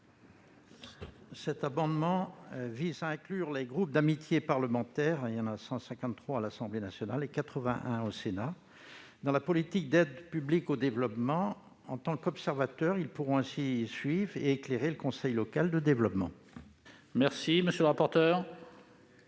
Cet amendement vise à inclure les groupes d'amitié parlementaire- ils sont 153 à l'Assemblée nationale et 81 au Sénat -dans la politique d'aide publique au développement. En tant qu'observateurs, ils pourront ainsi suivre et éclairer les conseils locaux du développement. Quel est l'avis de